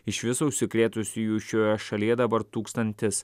iš viso užsikrėtusiųjų šioje šalyje dabar tūkstantis